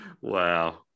Wow